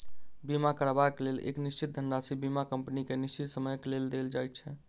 बीमा करयबाक लेल एक निश्चित धनराशि बीमा कम्पनी के निश्चित समयक लेल देल जाइत छै